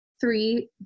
three